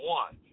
one